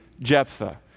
Jephthah